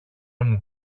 μου